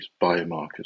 biomarkers